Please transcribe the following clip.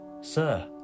Sir